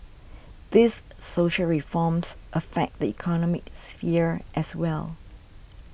these social reforms affect the economic sphere as well